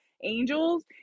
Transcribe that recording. angels